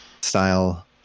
style